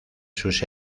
sus